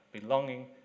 belonging